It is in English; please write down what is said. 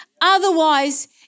Otherwise